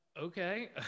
Okay